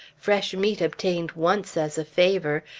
fresh meat obtained once as a favor,